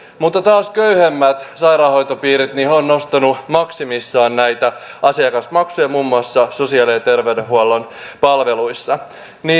mutta taas köyhemmät sairaanhoitopiirit ovat nostaneet maksimissaan näitä asiakasmaksuja muun muassa sosiaali ja terveydenhuollon palveluissa